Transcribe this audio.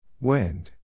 Wind